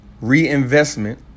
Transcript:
reinvestment